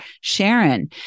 Sharon